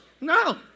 no